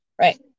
right